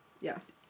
Yes